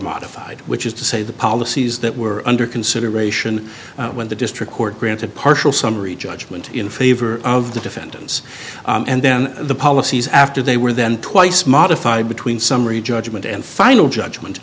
modified which is to say the policies that were under consideration when the district court granted partial summary judgment in favor of the defendants and then the policies after they were then twice modified between summary judgment and final judgment